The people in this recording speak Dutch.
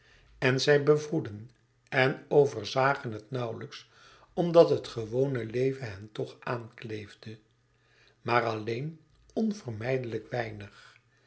en zij bevroedden en overzagen het nauwlijks omdat het gewone leven hen toch aankleefde maar alleen onvermijdelijk weinig